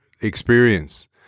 experience